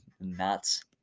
nuts